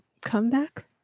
comeback